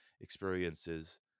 experiences